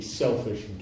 selfish